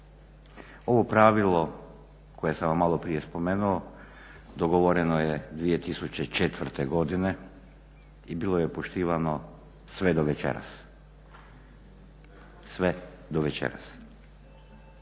Ovo pravilo koje sam vam maloprije spomenuo dogovoreno je 2004. godine i bilo je poštivano sve do večeras, sve do večeras.